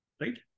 right